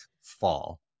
fall